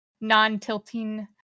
non-tilting